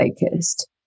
focused